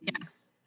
Yes